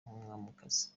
nk’umwamikazi